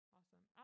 Awesome